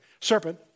serpent